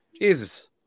Jesus